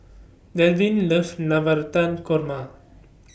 Delvin loves Navratan Korma